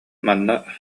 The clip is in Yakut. манна